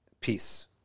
Peace